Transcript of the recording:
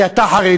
כי אתה חרדי,